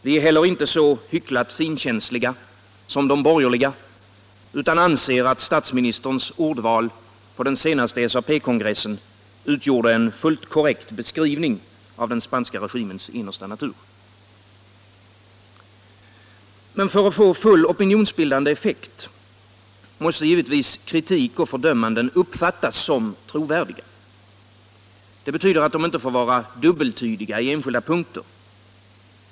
Vi är heller inte så hycklat finkänsliga som de borgerliga, utan anser att statsministerns ordval på den senaste SAP-kongressen utgjorde en fullt korrekt beskrivning av den spanska regimens innersta natur. Men för att få full opinionsbildande effekt måste givetvis kritik och fördömanden uppfattas som trovärdiga. Det betyder att de inte får vara dubbeltydiga i enskilda punkter.